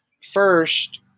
first